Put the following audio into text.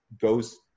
goes